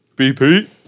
BP